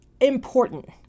important